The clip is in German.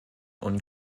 und